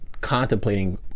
contemplating